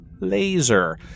laser